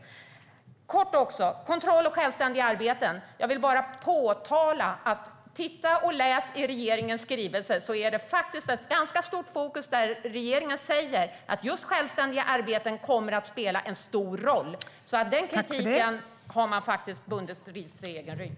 Jag ska också säga något kort om kontroll och självständiga arbeten. Läs i regeringens skrivelse! Det är faktiskt ett ganska stort fokus på det. Regeringen säger att just självständiga arbeten kommer att spela en stor roll. När det gäller den kritiken har man bundit ris för egen rygg.